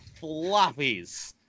Floppies